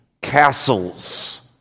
castles